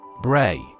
Bray